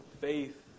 faith